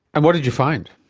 and what did you find?